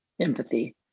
empathy